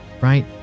right